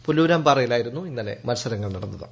പുല്പുരാംപാറയിലായിരുന്നു ഇന്നലെ മൃത്സരങ്ങൾ നടന്നത്